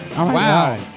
Wow